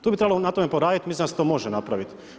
Tu bi trebalo na tome poraditi, mislim da se to može napraviti.